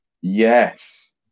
Yes